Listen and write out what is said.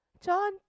John